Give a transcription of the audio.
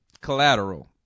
Collateral